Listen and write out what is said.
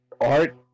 Art